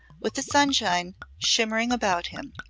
with the sunshine shimmering about him.